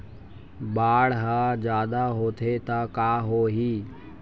बाढ़ ह जादा होथे त का होही?